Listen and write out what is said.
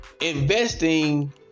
Investing